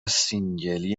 سینگلی